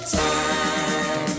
time